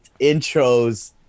intros